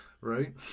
right